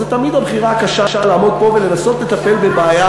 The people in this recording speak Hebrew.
וזו תמיד הבחירה הקשה לעמוד פה ולנסות לטפל בבעיה